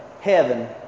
heaven